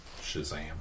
shazam